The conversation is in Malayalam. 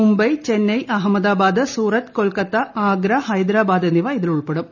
മുംബൈ ചെന്നൈ അഹമ്മദാബാദ് സൂറത്ത് കൊൽക്കത്ത ആഗ്ര ഹൈദരാബാദ് എന്നിവ ഇതിൽ ഉൾപ്പെടും